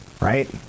right